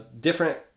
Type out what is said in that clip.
different